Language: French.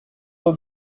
vos